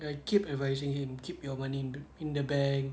I keep advising him keep your money in in the bank